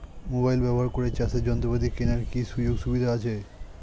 Mobile ব্যবহার করে চাষের যন্ত্রপাতি কেনার কি সুযোগ সুবিধা আছে?